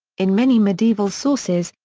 in many medieval sources,